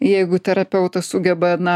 jeigu terapeutas sugeba na